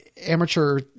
amateur